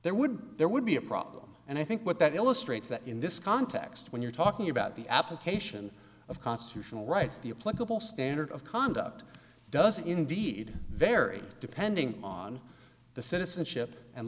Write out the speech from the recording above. there would there would be a problem and i think what that illustrates that in this context when you're talking about the application of constitutional rights the a pluggable standard of conduct does indeed vary depending on the citizenship and